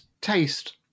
taste